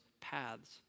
paths